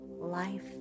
life